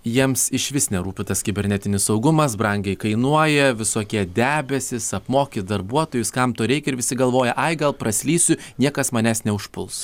jiems išvis nerūpi tas kibernetinis saugumas brangiai kainuoja visokie debesys apmokyt darbuotojus kam to reikia ir visi galvoja ai gal praslysiu niekas manęs neužpuls